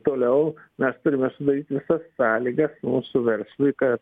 toliau mes turime sudaryti visas sąlygas mūsų verslui kad